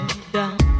down